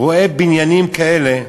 רואה בניינים כאלה,